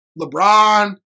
LeBron